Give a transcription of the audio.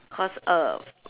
cause err